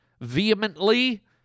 vehemently